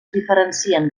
diferencien